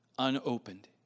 unopened